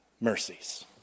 mercies